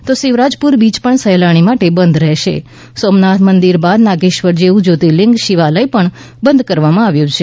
તો શિવરાજપૂર બીય પણ સહેલાણી માટે બંધ રહેશે સોમનાથ મંદિર બાદ નાગેશ્વર જેવુ જ્યોતિર્લીંગ શિવાલય પણ બંધ કરવામાં આવ્યું છે